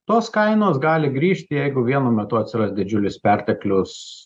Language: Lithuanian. tos kainos gali grįžti jeigu vienu metu atsiras didžiulis perteklius